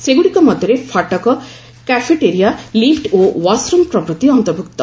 ସେଗୁଡ଼ିକ ମଧ୍ୟରେ ଫାଟକ କ୍ୟାଫେଟେରିଆ ଲିଫ୍ ଓ ୱାସ୍ରୁମ୍ ପ୍ରଭୂତି ଅନ୍ତର୍ଭୁକ୍ତ